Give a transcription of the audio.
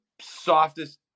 softest